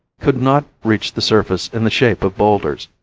could not reach the surface in the shape of boulders,